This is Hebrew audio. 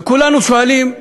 וכולנו שואלים,